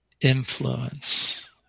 influence